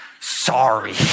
Sorry